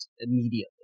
immediately